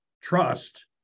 trust